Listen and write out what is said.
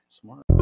Smart